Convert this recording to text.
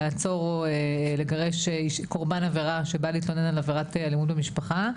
לעצור או לגרש קורבן עבירה שבה להתלונן על עבירת אלימות במשפחה.